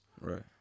Right